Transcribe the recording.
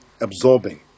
absorbing